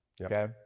Okay